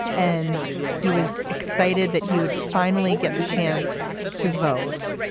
and he was excited that he would finally get the chance to vote.